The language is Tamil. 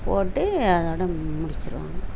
போட்டு அதோடய முடிச்சிருவாங்க